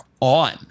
on